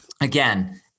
Again